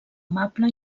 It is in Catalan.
amable